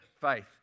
faith